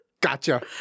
Gotcha